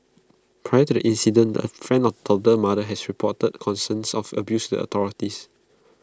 prior to the incident A friend of the toddler's mother has reported concerns of abuse the authorities